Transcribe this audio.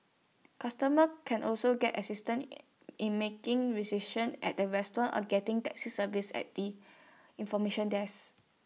customer can also get assistance in making recision at A restaurant or getting taxi service at the information desk